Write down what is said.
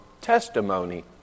testimony